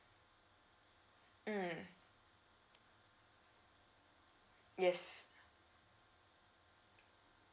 mm yes